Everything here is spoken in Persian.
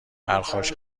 پرخاش